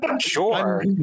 Sure